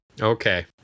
Okay